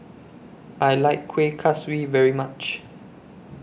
I like Kueh Kaswi very much